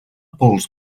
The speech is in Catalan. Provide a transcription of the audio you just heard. pols